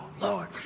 Lord